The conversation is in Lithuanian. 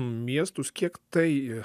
miestus kiek tai